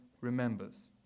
remembers